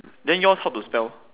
then yours how to spell